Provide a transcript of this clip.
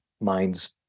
minds